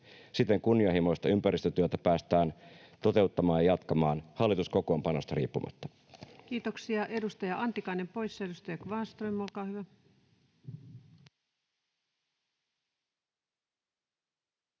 Siten kunnianhimoista ympäristötyötä päästään toteuttamaan ja jatkamaan hallituskokoonpanosta riippumatta. Kiitoksia. — Edustaja Antikainen poissa. — Edustaja Kvarnström, olkaa hyvä.